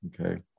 okay